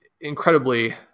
incredibly